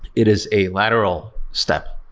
it is a lateral step.